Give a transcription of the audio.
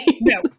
No